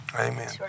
Amen